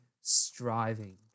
striving